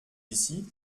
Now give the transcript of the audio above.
ici